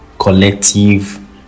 collective